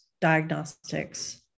diagnostics